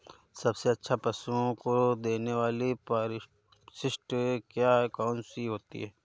सबसे अच्छा पशुओं को देने वाली परिशिष्ट क्या है? कौन सी होती है?